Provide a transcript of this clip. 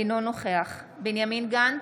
אינו נוכח בנימין גנץ,